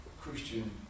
Christian